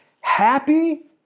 happy